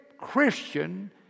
Christian